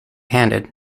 handed